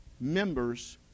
members